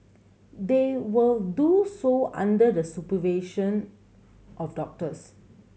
they will do so under the supervision of doctors